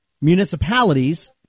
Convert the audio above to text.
municipalities